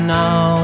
now